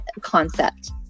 concept